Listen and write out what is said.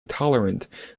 tolerant